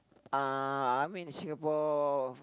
uh I mean Singapore